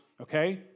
okay